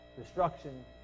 Destruction